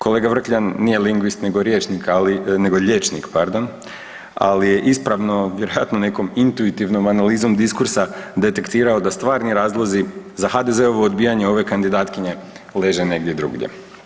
Kolega Vrkljan nije lingvist, nego rječnik, nego liječnik pardon, ali je ispravo, vjerojatno nekom intuitivnom analizom diskursa detektirao da stvarni razlozi za HDZ-ovo odbijanje ove kandidatkinje leže negdje drugdje.